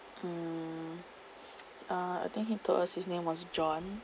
mm uh I think he told us his name was john<